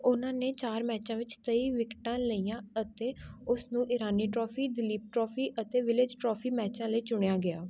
ਉਹਨਾਂ ਨੇ ਚਾਰ ਮੈਚਾਂ ਵਿੱਚ ਤੇਈ ਵਿਕਟਾਂ ਲਈਆਂ ਅਤੇ ਉਸ ਨੂੰ ਈਰਾਨੀ ਟਰਾਫੀ ਦਲੀਪ ਟਰਾਫੀ ਅਤੇ ਵਿਲਿਜ਼ ਟਰਾਫੀ ਮੈਚਾਂ ਲਈ ਚੁਣਿਆ ਗਿਆ